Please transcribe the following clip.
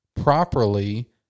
properly